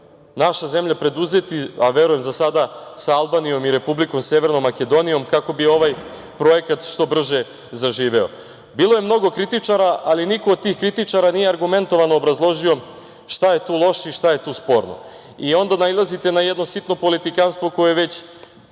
naša zemlja preduzeti, a verujem za sada sa Albanijom i Republikom Severnom Makedonijom, kako bi ovaj projekat što brže zaživeo. Bilo je mnogo kritičara, ali niko od tih kritičara nije argumentovano obrazložio šta je tu loše i šta je tu sporno. I onda nailazite na jedno sitno politikanstvo koje je